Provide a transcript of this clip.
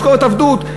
משכורת עבדות,